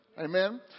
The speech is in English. Amen